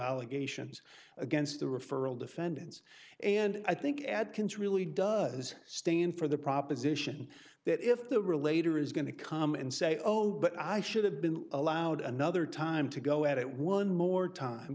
allegations against the referral defendants and i think adkins really does stand for the proposition that if the relator is going to come and say oh but i should have been allowed another time to go at it will in more time